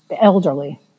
elderly